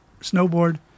snowboard